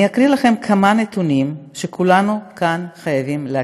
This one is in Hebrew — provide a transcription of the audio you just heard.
אני אקריא לכם כמה נתונים שכולנו כאן חייבים להכיר: